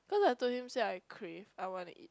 cause I told him say I crave I wanna eat